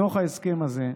בתוך ההסכם הזה,